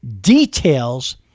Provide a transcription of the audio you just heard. details